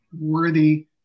worthy